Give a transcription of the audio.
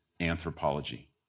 anthropology